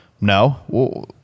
No